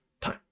time